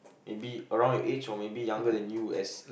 maybe around your age or maybe younger than you as